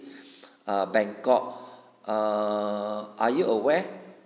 err bangkok err are you aware